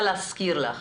רוצה להזכיר לך